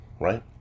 right